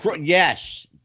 yes